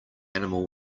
animal